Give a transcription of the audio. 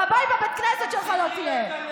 גבאי בבית כנסת שלך לא תהיה.